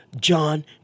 John